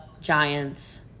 giants